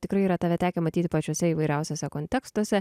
tikrai yra tave tekę matyti pačiuose įvairiausiuose kontekstuose